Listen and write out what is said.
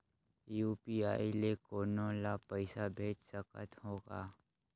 UPI ले कोनो ला पइसा भेज सकत हों का?